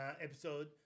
episode